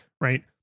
right